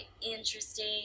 interesting